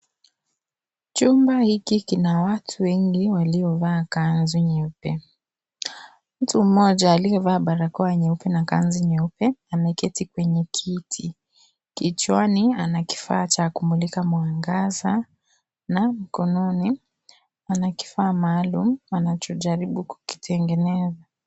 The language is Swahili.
Chumba hiki kina watu waengi waliovaa kanzu nyeupe, mtu mmoja aliyevaa barakoa nyeupe na kanzu nyeupe ameketi kwenye kiti ,kichwani ana kifaa cha kumilika mwangaza na mkononi ana kifaa maalum anachojaribu kukitengeneza.